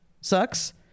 sucks